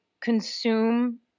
consume